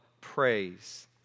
praise